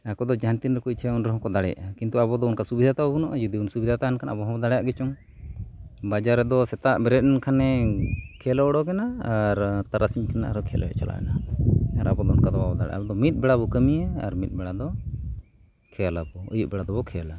ᱤᱱᱟᱹ ᱠᱚᱫᱚ ᱡᱟᱦᱟᱸ ᱛᱤᱱ ᱨᱮᱠᱚ ᱤᱪᱪᱷᱟ ᱩᱱ ᱨᱮᱦᱚᱸ ᱠᱚ ᱫᱟᱲᱮᱭᱟᱜᱼᱟ ᱠᱤᱱᱛᱩ ᱟᱵᱚ ᱫᱚ ᱚᱱᱠᱟ ᱥᱩᱵᱤᱫᱷᱟ ᱫᱚ ᱵᱟᱹᱱᱩᱜᱼᱟ ᱡᱩᱫᱤ ᱥᱩᱵᱤᱫᱷᱟ ᱦᱚᱸ ᱛᱟᱦᱮᱱᱟ ᱟᱵᱚ ᱵᱚᱱ ᱫᱟᱲᱮᱭᱟᱜ ᱜᱮᱪᱚᱝ ᱵᱟᱡᱟᱨ ᱨᱮᱫᱚ ᱥᱮᱛᱟᱜ ᱵᱮᱨᱮᱫ ᱮᱱ ᱠᱷᱟᱱᱮ ᱠᱷᱮᱞᱳᱰ ᱠᱟᱱᱟ ᱟᱨ ᱛᱟᱨᱟᱥᱤᱧ ᱠᱷᱚᱱᱟᱜ ᱟᱨᱦᱚᱸᱭ ᱠᱷᱮᱞ ᱦᱚᱪᱚᱜ ᱟᱭ ᱱᱟᱦᱟᱸᱜ ᱟᱵᱚ ᱢᱤᱫ ᱵᱮᱲᱟ ᱵᱚᱱ ᱠᱟᱹᱢᱤᱭᱟ ᱟᱨ ᱢᱤᱫ ᱵᱮᱲᱟ ᱫᱚ ᱠᱷᱮᱞ ᱟᱠᱚ ᱟᱹᱭᱩᱵ ᱵᱮᱲᱟ ᱫᱚᱠᱚ ᱠᱷᱮᱞᱟ